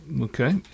Okay